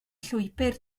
llwybr